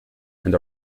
and